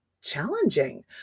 challenging